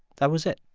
that was it.